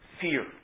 fear